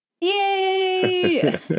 Yay